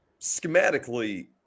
schematically